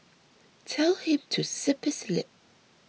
tell him to zip his lip